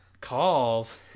calls